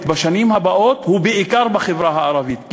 בשנים הבאות הוא בעיקר בחברה הערבית.